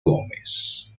gómez